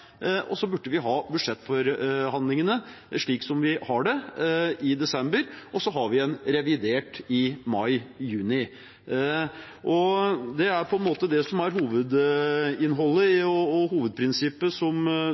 og så burde vi ha budsjettforhandlingene slik som vi har dem, i desember, og så har vi revidert i mai–juni. Det er det som er hovedinnholdet og hovedprinsippet som